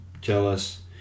jealous